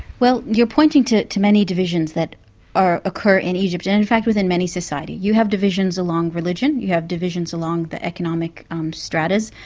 well, you're pointing to to many divisions that occur in egypt, and in fact within many societies you have divisions along religion, you have divisions along the economic um stratas,